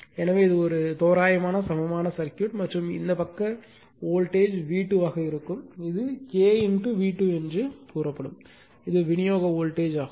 எனவே இது ஒரு தோராயமான சமமான சர்க்யூட் மற்றும் இந்த பக்க வோல்டேஜ் V2 ஆக இருக்கும் இது K V2 என்று கூறுகிறது இது விநியோக வோல்டேஜ் ஆகும்